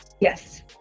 Yes